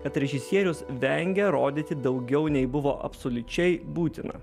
kad režisierius vengia rodyti daugiau nei buvo absoliučiai būtina